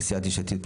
של סיעת יש עתיד,